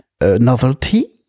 Novelty